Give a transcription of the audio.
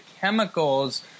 chemicals